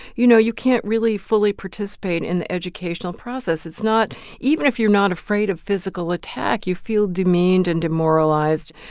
you know, you can't really fully participate in the educational process. it's not even if you're not afraid of physical attack, you feel demeaned and demoralized.